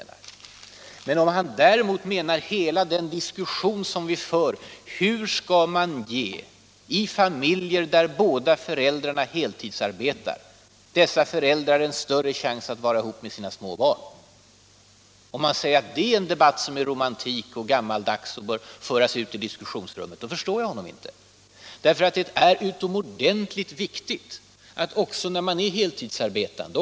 Om herr Svensson däremot kallar den debatt, som vi för om hur man skall kunna ge heltidsarbetande föräldrar större chans att vara tillsammans med sina små barn, för en romantisk och gammaldags debatt som bör föras ut ur diskussionen, förstår jag honom inte. Det är utomordentligt viktigt för den heltidsarbetande.